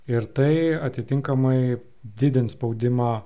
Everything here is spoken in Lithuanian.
ir tai atitinkamai didins spaudimą